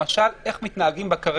למשל, איך מתנהגים בקרי